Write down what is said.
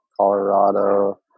Colorado